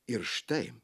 ir štai